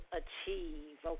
achieve